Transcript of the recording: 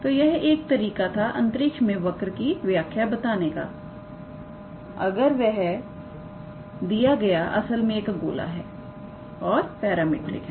तो यह एक तरीका था अंतरिक्ष में वर्क की व्याख्या बताने का अगर वह दिया गया असल में एक गोला है और पैरामेट्रिक है